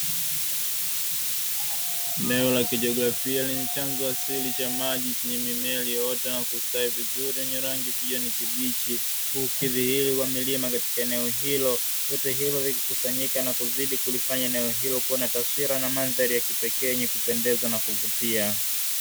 Eneo la kijiografia, lenye chanzo asili cha maji chenye mimea ilioyota na kustawi vizuri yenye rangi ya kijani kibichi, huku kikidhihiri kwa milima katika eneo hilo. Vyote hivyo vikikusanyika na kuzidi kulifanya eneo hilo kuwa na taswira na mandhari ya kipekee yenye kupendeza na kuvutia.